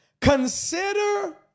consider